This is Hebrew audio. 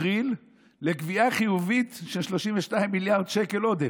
אפריל לגבייה חיובית של 32 מיליארד שקל עודף.